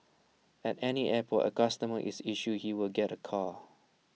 at any airport A customer is assured he will get A car